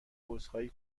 عذرخواهی